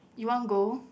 you want go